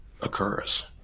occurs